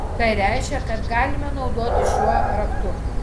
tai reiškia kad galime naudotis šiuo raktu